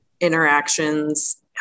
interactions